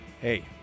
hey